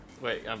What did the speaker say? Wait